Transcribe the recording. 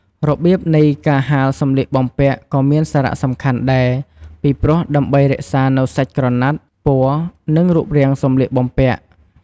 របៀបនៃការហាលសម្លៀកបំពាក់ក៏មានសារៈសំខាន់ដែរ ពីព្រោះដើម្បីរក្សានូវសាច់ក្រណាត់ ពណ៌ និងរូបរាងសម្លៀកបំពាក់។